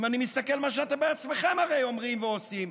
אם אני מסתכל על מה שאתם בעצמכם הרי אומרים ועושים.